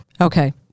Okay